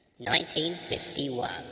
1951